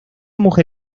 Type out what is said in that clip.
mujer